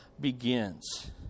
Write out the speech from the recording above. begins